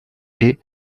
est